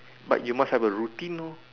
but you must have a routine lor